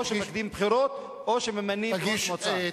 או שמקדימים בחירות או שממנים ראש מועצה.